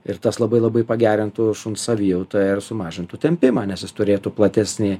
ir tas labai labai pagerintų šuns savijautą ir sumažintų tempimą nes jis turėtų platesnį